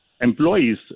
Employees